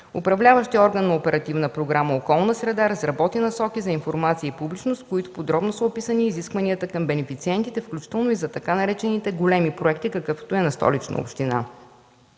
Управляващият орган на Оперативна програма „Околна среда” разработи насоки за информация и публичност, в които подробно са описани изискванията към бенефициентите, включително и за така наречените „големи проекти”, какъвто е проектът на Столична община.